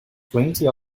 plenty